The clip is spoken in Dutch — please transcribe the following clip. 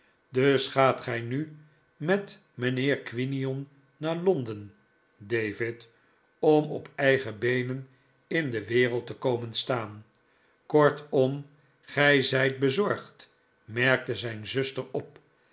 dus gaat gij nu met mijnheer quinion naar londen david om op eigen beenen in de wereld te komen staan kortom gij zijt bezorgd merkte zijn zuster op